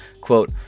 quote